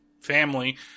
family